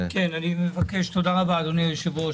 תודה רבה, אדוני היושב-ראש.